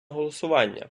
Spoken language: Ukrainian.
голосування